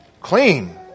clean